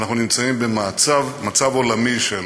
אנחנו נמצאים במצב עולמי של